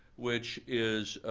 which is,